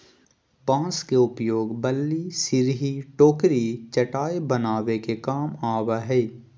बांस के उपयोग बल्ली, सिरही, टोकरी, चटाय बनावे के काम आवय हइ